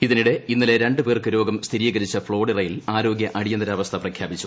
ഇതിനിടെ ഇന്നലെ രണ്ട് പേർക്ക് രോഗം സ്ഥിരീകരിച്ച ഫ്ളോറിഡയിൽ ആരോഗ്യ അടിയന്തരാവസ്ഥ പ്രഖ്യാപിച്ചു